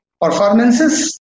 performances